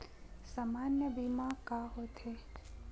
सामान्य बीमा का होथे?